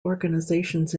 organisations